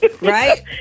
Right